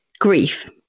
grief